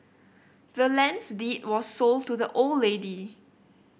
the land's deed was sold to the old lady